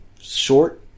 short